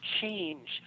change